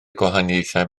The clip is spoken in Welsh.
gwahaniaethau